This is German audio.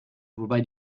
wobei